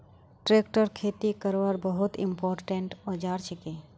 tractor खेती करवार बहुत इंपोर्टेंट औजार छिके